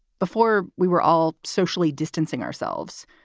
before we were all socially distancing ourselves,